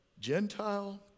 Gentile